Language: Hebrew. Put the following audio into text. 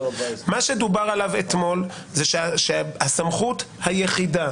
מה שדובר עליו אתמול זה שהסמכות היחידה